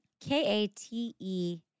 K-A-T-E